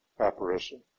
apparition